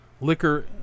liquor